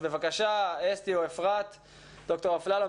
בבקשה, אסתי או דוקטור אפללו.